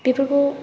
बेफोरखौ